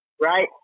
Right